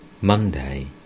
Monday